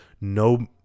no